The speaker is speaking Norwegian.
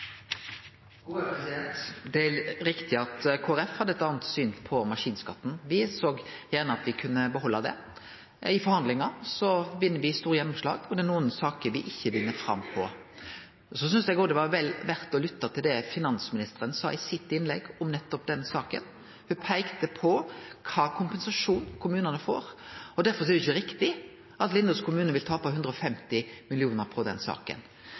Det er riktig at Kristeleg Folkeparti hadde eit anna syn på maskinskatten; me så gjerne at me kunne behalde den. I forhandlingane har me vunne store gjennomslag, men det er nokre saker me ikkje vinn fram på. Så synest eg òg det var vel verdt å lytte til det finansministeren sa i sitt innlegg om nettopp den saka. Ho peikte på kva kompensasjon kommunane får. Derfor er det jo ikkje riktig at Lindås kommune vil tape 150 mill. kr på den saka.